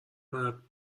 مرد